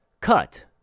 cut